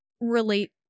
relate